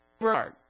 Right